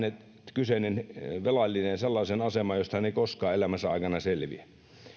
kyseinen velallinen sellaiseen asemaan josta hän ei koskaan elämänsä aikana selviä